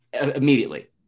immediately